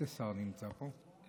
איזה שר נמצא פה?